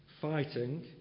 fighting